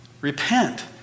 Repent